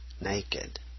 naked